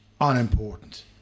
unimportant